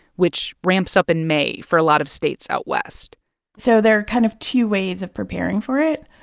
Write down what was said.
which ramps up in may for a lot of states out west so there are kind of two ways of preparing for it.